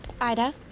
Ida